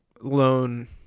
loan